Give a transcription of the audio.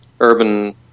urban